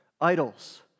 idols